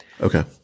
Okay